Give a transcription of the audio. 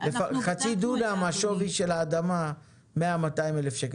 חצי דונם, השווי של האדמה 200,000-100,000 שקל.